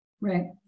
Right